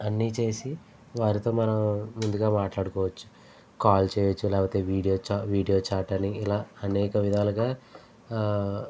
అన్నీ చేసి వారితో మనం ముందుగా మాట్లాడుకోవచ్చు కాల్ చెయ్యచ్చు లేకపోతే వీడియో చా వీడియో చాట్ అని ఇలా అనేక విధాలుగా